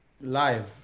live